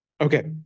Okay